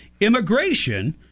immigration